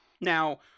Now